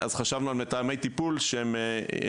אז חשבנו על מתאמי טיפול שישבו,